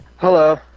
Hello